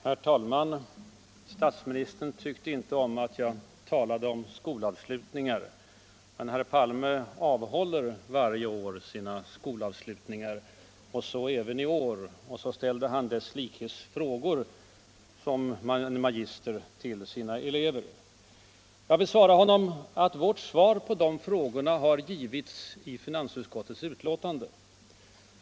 Herr talman! Statsministern tyckte inte om att jag ralade om skolavslutningar. Men herr Palme avhåller varje år sina skolavslutningar, så även i år. Och så ställde han desslikes frågor som en magister till sina elever. Jag vill svara honom att vårt svar på de frågorna har givits i finansutskottets betänkande.